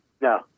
No